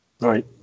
Right